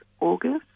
August